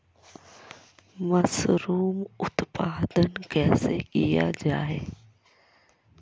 Mushroom उत्पादन कैसे किया जाय?